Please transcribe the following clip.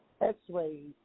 X-rays